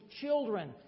children